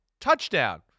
touchdown